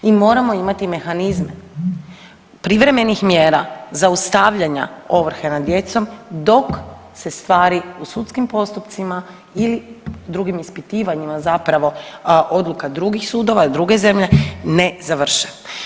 Mi moramo imati mehanizme privremenih mjera zaustavljanja ovrhe nad djecom dok se stvari u sudskim postupcima ili drugim ispitivanjima zapravo odluka drugih sudova, druge zemlje ne završe.